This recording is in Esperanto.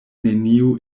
neniu